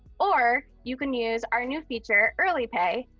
or you can use our new feature early pay,